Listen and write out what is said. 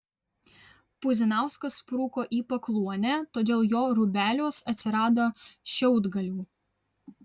puzinauskas spruko į pakluonę todėl jo rūbeliuos atsirado šiaudgalių